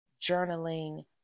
journaling